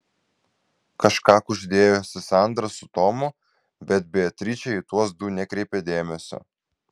kažką kuždėjosi sandra su tomu bet beatričė į tuos du nekreipė dėmesio